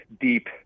deep